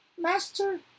Master